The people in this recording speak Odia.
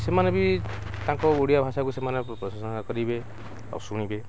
ସେମାନେ ବି ତାଙ୍କ ଓଡ଼ିଆ ଭାଷାକୁ ସେମାନେ ପ୍ରଶଂସା କରିବେ ଆଉ ଶୁଣିବେ